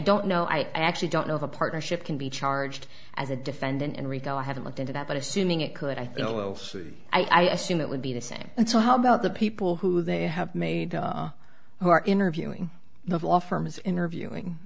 don't know i actually don't know if a partnership can be charged as a defendant and rico i haven't looked into that but assuming it could i think i assume that would be the same so how about the people who they have made who are interviewing the offer is interviewing